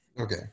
Okay